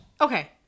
Okay